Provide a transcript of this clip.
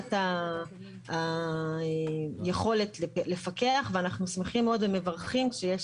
בקבלת היכולת לפקח ואנחנו שמחים מאוד ומברכים שיש